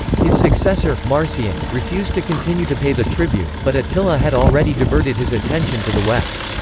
his successor, marcian, refused to continue to pay the tribute, but attila had already diverted his attention to the west.